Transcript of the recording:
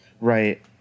right